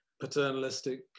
paternalistic